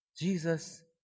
Jesus